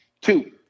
Two